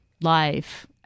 life